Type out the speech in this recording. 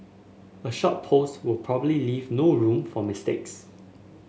a short post will probably leave no room for mistakes